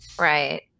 right